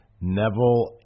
Neville